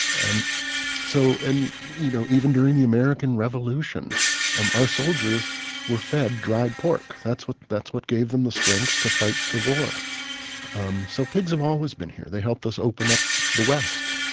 and so and you know even during the american revolution um our soldiers were fed dried pork that's what that's what gave them the strength to fight the war um so pigs have always been here. they helped us open up the west.